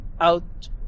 out